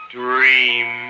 dream